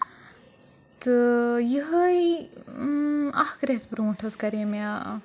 تہٕ یِہے اَکھ رٮ۪تھ برونٛٹھ حظ کَرے مےٚ